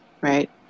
right